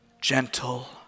gentle